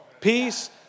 Peace